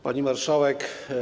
Pani Marszałek!